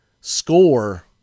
score